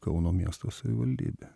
kauno miesto savivaldybė